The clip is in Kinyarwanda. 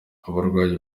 abarwayi